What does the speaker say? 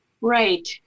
Right